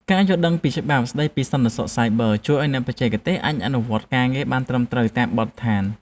ការយល់ដឹងពីច្បាប់ស្តីពីសន្តិសុខសាយប័រជួយឱ្យអ្នកបច្ចេកទេសអាចអនុវត្តការងារបានត្រឹមត្រូវតាមបទដ្ឋាន។